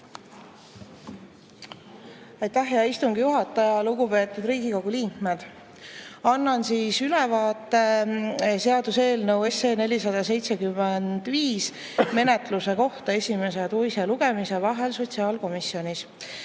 Aitäh, hea istungi juhataja! Lugupeetud Riigikogu liikmed! Annan ülevaate seaduseelnõu 475 menetluse kohta esimese ja teise lugemise vahel sotsiaalkomisjonis.